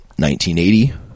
1980